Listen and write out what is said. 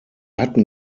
hatten